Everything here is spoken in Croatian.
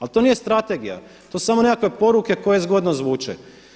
Ali to nije strategija, to su samo neke poruke koje zgodno zvuče.